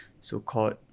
so-called